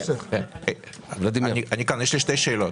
שתי שאלות: